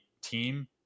team